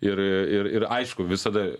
ir ir ir aišku visada